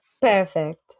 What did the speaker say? Perfect